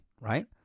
Right